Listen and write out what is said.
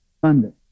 Sunday